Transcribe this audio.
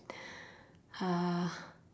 uh